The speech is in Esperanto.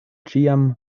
ĉiam